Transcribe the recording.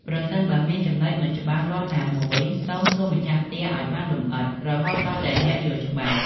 ប្រសិនបើមានចំណុចមិនច្បាស់លាស់ណាមួយ សូមសួរម្ចាស់ផ្ទះឱ្យបានលម្អិត រហូតទាល់តែអ្នកយល់ច្បាស់។